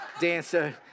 Dancer